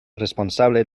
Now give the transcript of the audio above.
responsable